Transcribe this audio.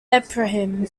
ephraim